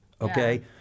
okay